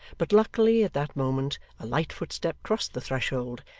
but luckily at that moment a light footstep crossed the threshold,